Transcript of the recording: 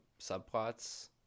subplots